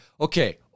Okay